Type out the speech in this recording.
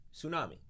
Tsunami